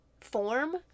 form